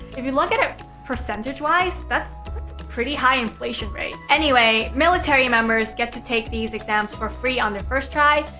if you look at it percentage-wise, that's a pretty high inflation rate. anyway, military members get to take these exams for free on their first try.